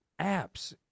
apps